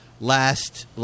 last